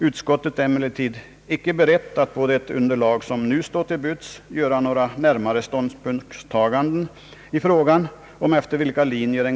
Utskottet är emellertid icke berett att på det underlag som nu står till buds göra några närmare ståndpunktstaganden i frågan om efter vilka linjer en Ang.